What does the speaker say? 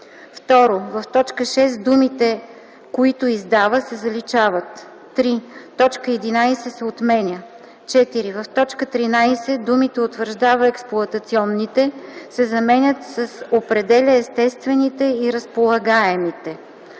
2. В т. 6 думите „които издава” се заличават. 3. Точка 11 се отменя. 4. В т. 13 думите „утвърждава експлоатационните” се заменят с „определя естествените и разполагаемите”.